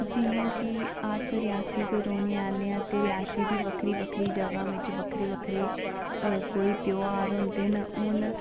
जि'यां कि अस रियासी दे रौहने आह्ले आं ते रियासी दी बक्खरी बक्खरी जगहं बिच्च बक्खरे बक्खरे कोई ध्यार होंदे न हून